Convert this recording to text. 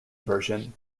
version